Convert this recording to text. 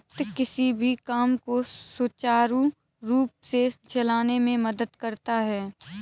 वित्त किसी भी काम को सुचारू रूप से चलाने में मदद करता है